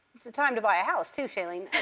it's the time to buy a house too, shailene.